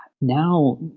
now